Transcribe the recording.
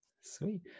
sweet